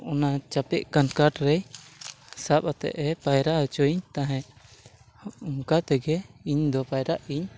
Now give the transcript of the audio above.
ᱚᱱᱟ ᱪᱟᱯᱮᱜ ᱠᱟᱱ ᱠᱟᱴᱨᱮ ᱥᱟᱵ ᱟᱛᱮᱫ ᱮ ᱯᱟᱭᱨᱟ ᱦᱚᱪᱚᱭᱤᱧ ᱛᱟᱦᱮᱸᱫ ᱚᱱᱠᱟ ᱛᱮᱜᱮ ᱤᱧ ᱫᱚ ᱯᱟᱭᱨᱟᱜ ᱤᱧ